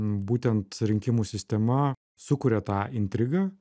būtent rinkimų sistema sukuria tą intrigą